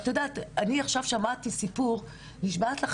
את יודעת אני עכשיו שמעתי סיפור שאני נשבעת לך,